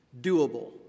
doable